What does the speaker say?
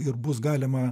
ir bus galima